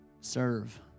serve